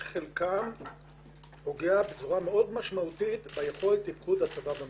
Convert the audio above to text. שחלקם פוגע בזרוע מאוד משמעותית ביכולת תפקוד הצבא במלחמה.